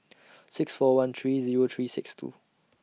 six four one three Zero three six two